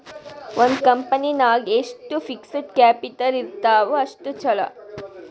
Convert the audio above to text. ಒಂದ್ ಕಂಪನಿ ನಾಗ್ ಎಷ್ಟ್ ಫಿಕ್ಸಡ್ ಕ್ಯಾಪಿಟಲ್ ಇರ್ತಾವ್ ಅಷ್ಟ ಛಲೋ